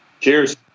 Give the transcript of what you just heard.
Cheers